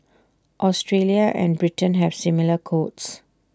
Australia and Britain have similar codes